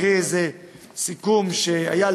אקריא איזה סיכום שהיה,